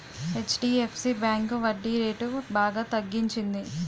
HDFC bank వడ్డీరేట్లు బాగా తగ్గించింది